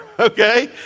Okay